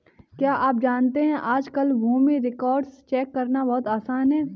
क्या आप जानते है आज कल भूमि रिकार्ड्स चेक करना बहुत आसान है?